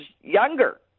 younger